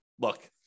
look